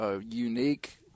unique